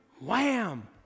wham